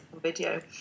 video